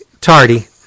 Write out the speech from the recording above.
tardy